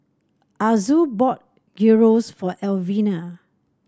Azul bought Gyros for Elvina